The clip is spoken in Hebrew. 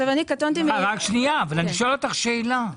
אבל אני שואל אותך שאלה.